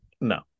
No